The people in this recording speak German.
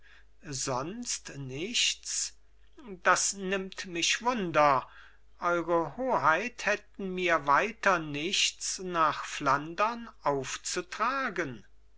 sonst nichts das nimmt mich wunder eure hoheit hätten mir weiter nichts nach flandern aufzutragen